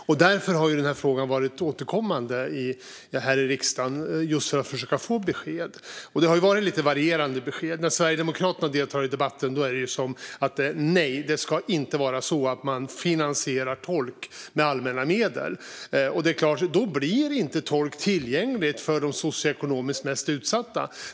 Därför har frågan varit återkommande här i riksdagen - just för att man försöker att få besked. Det har varit lite varierande besked. När Sverigedemokraterna deltar i debatten låter det så här: Nej, det ska inte vara så att man finansierar tolk med allmänna medel! Då blir tolk inte tillgängligt för de socioekonomiskt mest utsatta.